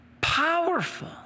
Powerful